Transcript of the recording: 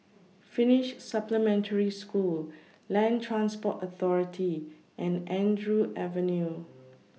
Finnish Supplementary School Land Transport Authority and Andrew Avenue